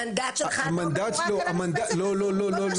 המנדט שלך זה רק --- לא לא לא,